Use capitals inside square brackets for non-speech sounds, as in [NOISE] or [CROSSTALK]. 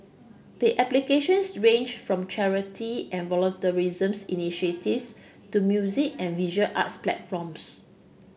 the applications ranged from charity and [UNINTELLIGIBLE] initiatives to music and visual arts platforms